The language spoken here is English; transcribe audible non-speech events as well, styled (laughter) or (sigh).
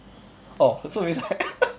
orh so means I (laughs)